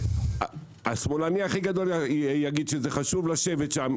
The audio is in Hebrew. שזה השמאלני הכי גדול יגיד שחשוב לשבת שם,